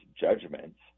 judgments